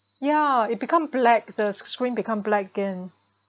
ya it become black the screen become black again